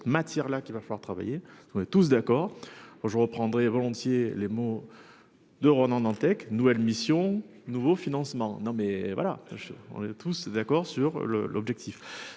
matière là qu'il va falloir travailler. On est tous d'accord oh je reprendrais volontiers les mots. De Ronan Dantec, nouvelle mission nouveau financement non mais voilà on est tous d'accord sur le, l'objectif,